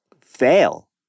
fail